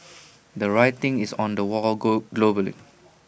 the writing is on the wall goal globally